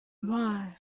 mind